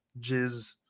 jizz